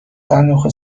صندوق